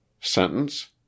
Sentence